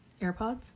airpods